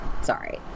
Sorry